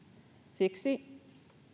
siksi